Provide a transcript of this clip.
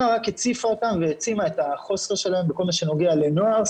רק הציפה אותם והעצימה את החוסר שלהם בכל מה שנוגע לנוער,